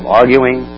arguing